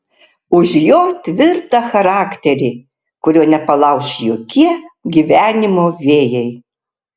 už jo tvirtą charakterį kurio nepalauš jokie gyvenimo vėjai